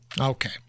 Okay